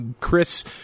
Chris